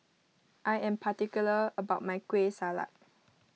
I am particular about my Kueh Salat